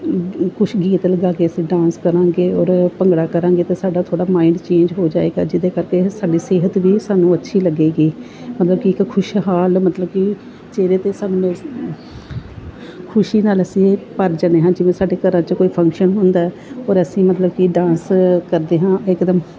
ਕੁਛ ਗੀਤ ਲਗਾ ਕੇ ਅਸੀਂ ਡਾਂਸ ਕਰਾਂਗੇ ਔਰ ਭੰਗੜਾ ਕਰਾਂਗੇ ਤਾਂ ਸਾਡਾ ਥੋੜ੍ਹਾ ਮਾਇੰਡ ਚੇਂਜ ਹੋ ਜਾਏਗਾ ਜਿਹਦੇ ਕਰਕੇ ਸਾਡੀ ਸਿਹਤ ਵੀ ਸਾਨੂੰ ਅੱਛੀ ਲੱਗੇਗੀ ਮਤਲਬ ਕਿ ਇੱਕ ਖੁਸ਼ਹਾਲ ਮਤਲਬ ਕਿ ਚਿਹਰੇ 'ਤੇ ਸਾਨੂੰ ਖੁਸ਼ੀ ਨਾਲ ਅਸੀਂ ਭਰ ਜਾਂਦੇ ਹਾਂ ਜਿਵੇਂ ਸਾਡੇ ਘਰਾਂ 'ਚ ਕੋਈ ਫੰਕਸ਼ਨ ਹੁੰਦਾ ਔਰ ਅਸੀਂ ਮਤਲਬ ਕਿ ਡਾਂਸ ਕਰਦੇ ਹਾਂ ਇਕਦਮ